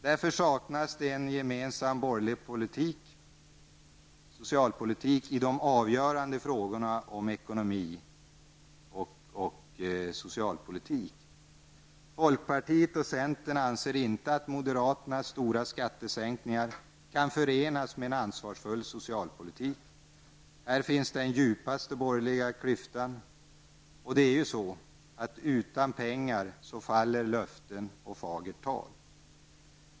Därför saknas det en gemensam borgerlig linje i de avgörande frågorna inom ekonomi och socialpolitik. Folkpartiet och centern anser inte att moderaternas stora skattesänkningar kan förenas med en ansvarsfull socialpolitik. Här finns den djupaste borgerliga klyftan. Utan pengar faller ju löften och fagert tal.